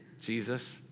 Jesus